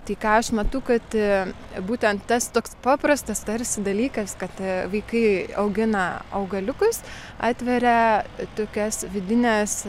tai ką aš matau kad būtent tas toks paprastas tarsi dalykas kad vaikai augina augaliukus atveria tokias vidines